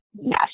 Yes